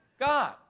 God